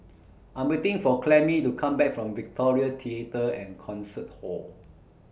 I'm waiting For Clemie to Come Back from Victoria Theatre and Concert Hall